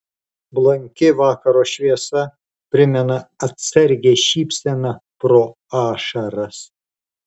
blanki vakaro šviesa primena atsargią šypseną pro ašaras